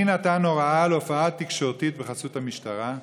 1. מי נתן הוראה להופעה תקשורתית בחסות המשטרה?